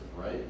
right